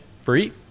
free